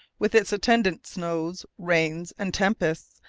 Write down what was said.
with its attendant snows, rains, and tempests,